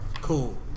cool